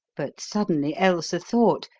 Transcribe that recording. but suddenly ailsa thought,